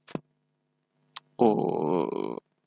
oh